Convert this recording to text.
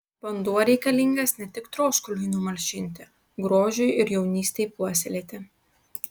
vanduo reikalingas ne tik troškuliui numalšinti grožiui ir jaunystei puoselėti